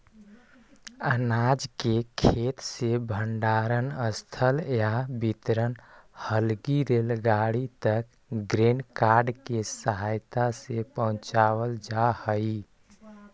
अनाज के खेत से भण्डारणस्थल या वितरण हलगी रेलगाड़ी तक ग्रेन कार्ट के सहायता से पहुँचावल जा हई